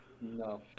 No